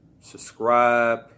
subscribe